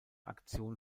aktion